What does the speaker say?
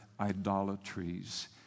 idolatries